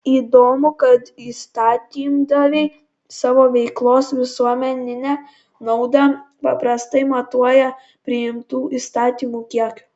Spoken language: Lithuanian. įdomu kad įstatymdaviai savo veiklos visuomeninę naudą paprastai matuoja priimtų įstatymų kiekiu